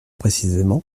précisément